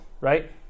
right